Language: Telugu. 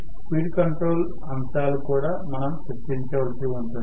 స్పీడ్ కంట్రోల్ అంశాలు కూడా మనం చర్చించవలసి ఉంటుంది